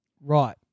Right